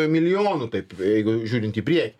milijonų taip jeigu žiūrint į priekį